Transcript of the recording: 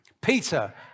Peter